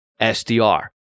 SDR